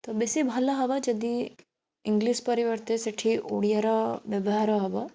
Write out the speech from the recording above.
ତ ବେଶୀ ଭଲ ହବ ଯଦି ଇଂଲିଶ ପରିବର୍ତ୍ତେ ସେଇଠି ଓଡ଼ିଆର ବ୍ୟବହାର ହବ